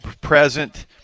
present